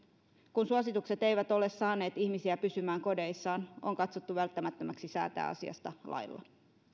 kun suositukset eivät ole saaneet ihmisiä pysymään kodeissaan on katsottu välttämättömäksi säätää asiasta lailla